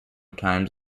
times